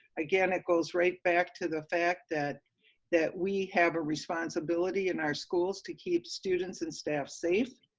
again, it goes right back to the fact that that we have a responsibility in our schools to keep students and staff safe,